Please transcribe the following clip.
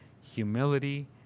humility